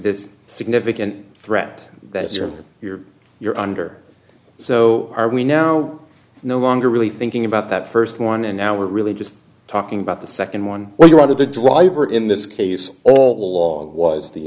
this significant threat that you're here you're under so are we now no longer really thinking about that first one and now we're really just talking about the second one where you're out of the driver in this case all along was the